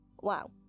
Wow